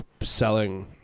selling